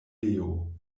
leo